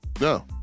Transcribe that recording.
No